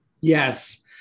Yes